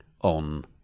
on